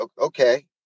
Okay